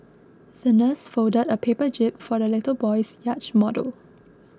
the nurse folded a paper jib for the little boy's yacht model